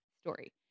story